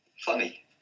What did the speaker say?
funny